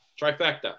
trifecta